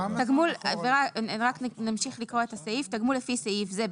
ד)תגמול לפי סעיף זה,